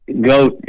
go